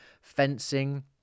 fencing